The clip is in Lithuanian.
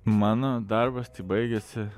mano darbas baigėsi